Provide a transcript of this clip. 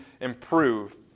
improve